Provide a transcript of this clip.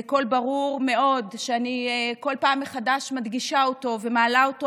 זה קול ברור מאוד שאני כל פעם מחדש מדגישה אותו ומעלה אותו,